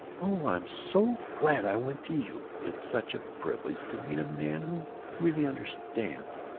oh, i'm so glad i went to you! it's such a privilege to meet a man who really understands.